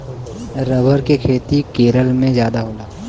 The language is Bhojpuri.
रबर के खेती केरल में जादा होला